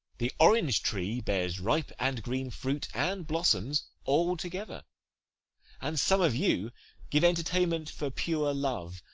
the orange-tree bears ripe and green fruit and blossoms all together and some of you give entertainment for pure love,